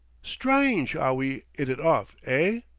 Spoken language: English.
strynge ow we it it off, eigh.